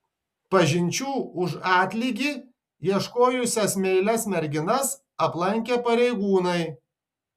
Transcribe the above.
pažinčių už atlygį ieškojusias meilias merginas aplankė pareigūnai